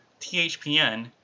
THPN